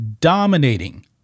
dominating